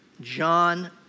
John